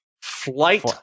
flight